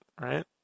Right